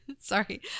sorry